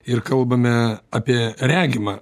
ir kalbame apie regimą